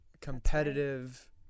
competitive